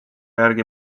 järgi